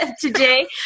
today